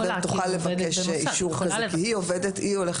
אני אתייחס